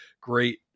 great